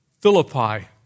Philippi